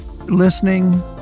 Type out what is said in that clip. listening